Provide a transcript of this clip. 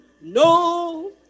no